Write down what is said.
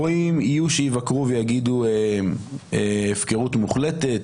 ורואים, יהיו שיבקרו ויגידו הפקרות מוחלטת.